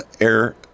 air